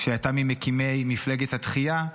שהייתה ממקימי מפלגת התחייה,